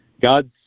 God's